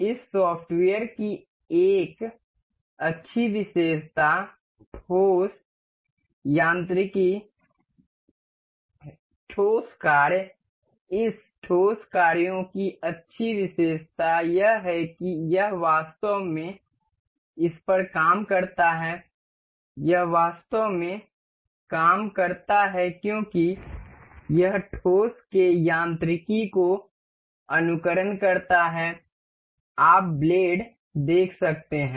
इस सॉफ्टवेयर की एक अच्छी विशेषता ठोस यांत्रिकी ठोस कार्य इस ठोस कार्यों की अच्छी विशेषता यह है कि यह वास्तव में इस पर काम करता है यह वास्तव में काम करता है क्योंकि यह ठोस के यांत्रिकी को अनुकरण करता है आप ब्लेड देख सकते हैं